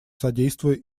содействуя